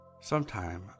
Sometime